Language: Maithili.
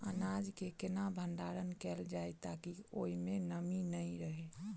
अनाज केँ केना भण्डारण कैल जाए ताकि ओई मै नमी नै रहै?